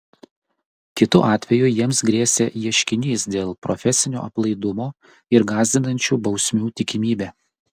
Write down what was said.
kitu atveju jiems grėsė ieškinys dėl profesinio aplaidumo ir gąsdinančių bausmių tikimybė